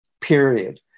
period